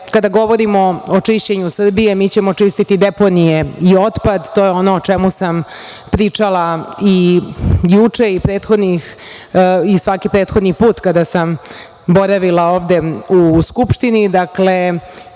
govorimo o čišćenju Srbije, mi ćemo čistiti deponije i otpad. To je ono o čemu sam pričala i juče i svaki prethodni put kada sam boravila ovde u Skupštini.